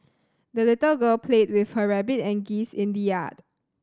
the little girl played with her rabbit and geese in the yard